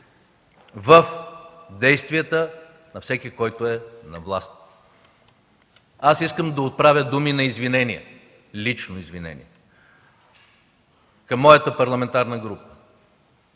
в действията на всеки, който е на власт. Аз искам да отправя думи на лично извинение към моята парламентарна група,